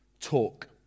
talk